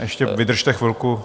Ještě vydržte chvilku.